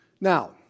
Now